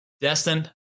Destin